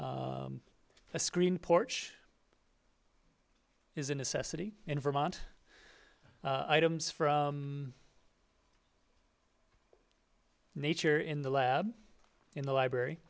a screen porch is a necessity in vermont items from nature in the lab in the library